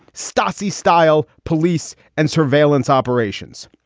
stasi style police and surveillance operations.